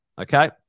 Okay